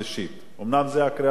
אומנם זו הקריאה הראשונה,